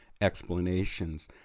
explanations